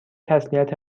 تسلیت